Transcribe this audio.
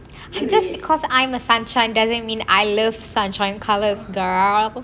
just because I'm a sunshine doesn't mean I love sunshine colors girl